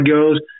goes